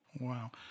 Wow